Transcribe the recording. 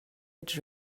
had